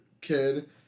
kid